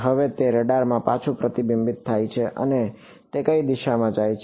હવે તે રડારમાંથી પાછું પ્રતિબિંબિત થાય છે અને તે કઈ દિશામાં જાય છે